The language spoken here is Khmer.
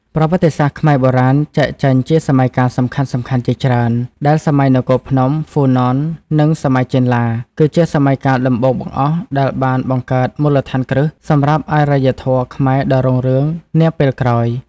ប្រវត្តិសាស្ត្រខ្មែរបុរាណ ចែកចេញជាសម័យកាលសំខាន់ៗជាច្រើន ដែលសម័យនគរភ្នំ ហ្វូណន និងសម័យចេនឡា គឺជាសម័យកាលដំបូងបង្អស់ដែលបានបង្កើតមូលដ្ឋានគ្រឹះសម្រាប់អរិយធម៌ខ្មែរដ៏រុងរឿងនាពេលក្រោយ។